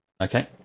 Okay